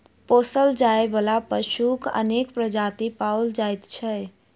पोसल जाय बला पशुक अनेक प्रजाति पाओल जाइत छै